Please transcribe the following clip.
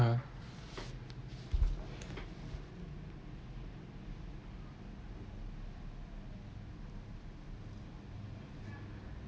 uh